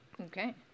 Okay